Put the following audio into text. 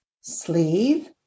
Sleeve